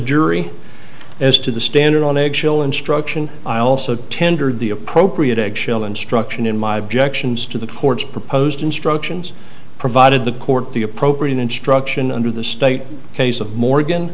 jury as to the standard on eggshell instruction i also tendered the appropriate eggshell instruction in my objections to the court's proposed instructions provided the court the appropriate instruction under the state's case of morgan